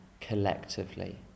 collectively